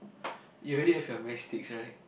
you already have your matchsticks right